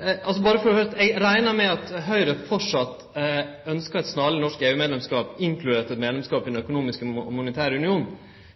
Eg reknar med at Høgre framleis ønskjer snarleg norsk EU-medlemskap, inkludert medlemskap i Den økonomiske og monetære unionen,